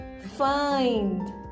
find